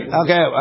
okay